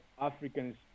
African